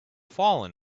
fallen